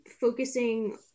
focusing